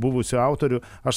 buvusių autorių aš